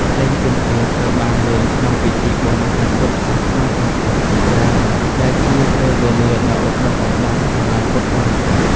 ភ្លេងពិណពាទ្យត្រូវបានលេងក្នុងពិធីបុណ្យព្រះពុទ្ធសាសនាធំៗជាច្រើន ដែលជាពេលវេលាដ៏ឧត្តុង្គឧត្តមសម្រាប់ពុទ្ធបរិស័ទ។